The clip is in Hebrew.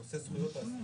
נושא זכויות האסירים.